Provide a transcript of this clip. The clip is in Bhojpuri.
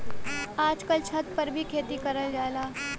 आजकल छत पर भी खेती करल जाला